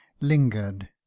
lingered